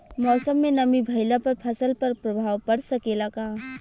मौसम में नमी भइला पर फसल पर प्रभाव पड़ सकेला का?